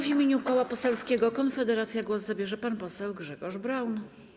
W imieniu Koła Poselskiego Konfederacja głos zabierze pan poseł Grzegorz Braun.